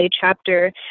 chapter